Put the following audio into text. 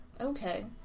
Okay